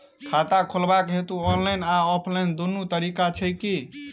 खाता खोलेबाक हेतु ऑनलाइन आ ऑफलाइन दुनू तरीका छै की?